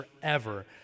forever